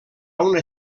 una